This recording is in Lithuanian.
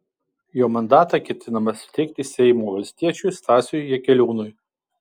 jo mandatą ketinama suteikti seimo valstiečiui stasiui jakeliūnui